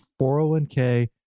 401k